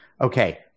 Okay